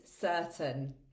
certain